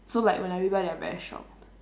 so like when I rebel they are very shocked